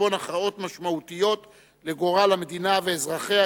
חשבון הכרעות משמעותיות לגורל המדינה ואזרחיה,